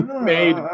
Made